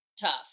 tough